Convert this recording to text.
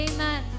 Amen